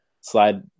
slide